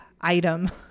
item